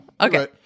Okay